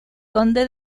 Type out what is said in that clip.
conde